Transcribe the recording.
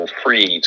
free